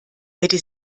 hätte